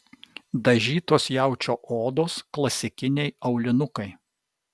dažytos jaučio odos klasikiniai aulinukai